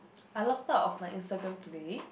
I logged out of my Instagram today